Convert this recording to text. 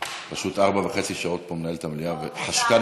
הנושא לוועדת החוקה, חוק ומשפט